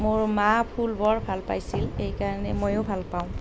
মোৰ মায়ে ফুল বৰ ভাল পাইছিল সেইকাৰণে ময়ো ভাল পাওঁ